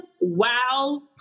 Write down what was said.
wow